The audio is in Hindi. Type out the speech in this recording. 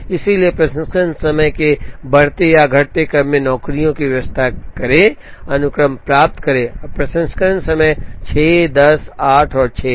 इसलिए प्रसंस्करण समय के बढ़ते या घटते क्रम में नौकरियों की व्यवस्था करें अनुक्रम प्राप्त करें अब प्रसंस्करण समय 6 10 8 और 6 हैं